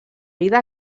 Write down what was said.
vida